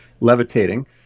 levitating